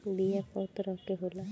बीया कव तरह क होला?